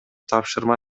тапшырма